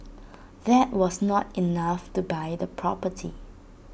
that was not enough to buy the property